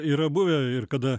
yra buvę ir kada